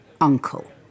uncle